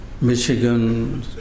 Michigan